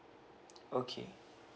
okay